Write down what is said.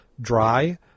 dry